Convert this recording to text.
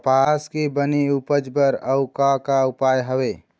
कपास के बने उपज बर अउ का का उपाय हवे?